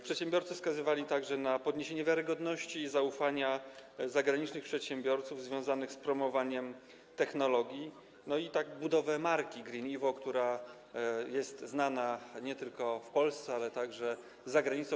Przedsiębiorcy wskazywali także na podniesienie wiarygodności i zaufania u zagranicznych przedsiębiorców w związku z promowaniem technologii i budowę marki GreenEvo, która jest znana nie tylko w Polsce, ale także za granicą.